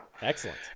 Excellent